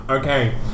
okay